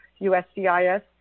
USCIS